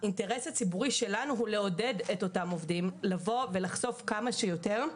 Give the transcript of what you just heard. האינטרס הציבורי שלנו הוא לעודד את אותם עובדים לחשוף כמה שיותר,